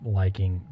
liking